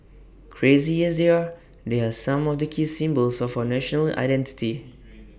crazy as they are there are some of the key symbols of our national identity